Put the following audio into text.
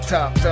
Top